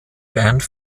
band